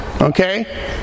okay